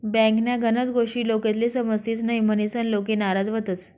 बँकन्या गनच गोष्टी लोकेस्ले समजतीस न्हयी, म्हनीसन लोके नाराज व्हतंस